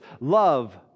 love